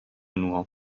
nur